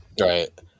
Right